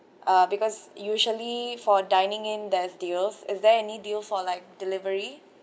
uh because usually for dining in there's deals is there any deals for like delivery